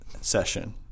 session